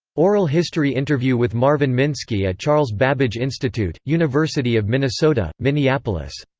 oral history interview with marvin minsky at charles babbage institute, university of minnesota, minneapolis.